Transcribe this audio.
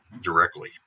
directly